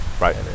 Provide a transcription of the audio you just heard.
right